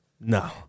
No